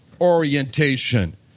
orientation